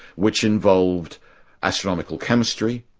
which involved astronomical chemistry,